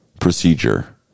procedure